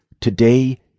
today